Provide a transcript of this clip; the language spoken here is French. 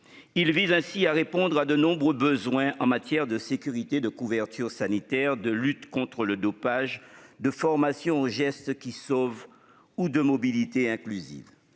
Il vise ainsi à satisfaire de nombreux besoins en matière de sécurité, de couverture sanitaire, de lutte contre le dopage, de formation aux gestes qui sauvent ou encore de mobilité inclusive.